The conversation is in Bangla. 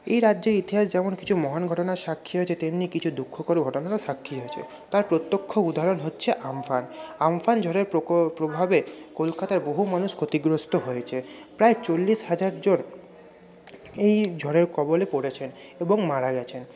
এই রাজ্যের ইতিহাস যেমন কিছু মহান ঘটনার সাক্ষী হয়েছে তেমনি কিছু দুঃখকরও ঘটনারও সাক্ষী হয়েছে তার প্রত্যক্ষ উদাহরণ হচ্ছে আম্ফান আম্ফান ঝড়ের প্রভাবে কলকাতার বহু মানুষ ক্ষতিগ্রস্ত হয়েছে প্রায় চল্লিশ হাজার জন এই ঝড়ের কবলে পড়েছেন এবং মারা গেছেন